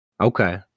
Okay